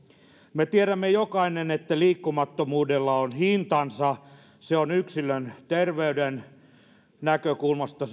me tiedämme jokainen että liikkumattomuudella on hintansa se on yksilön terveyden näkökulmasta